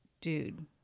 dude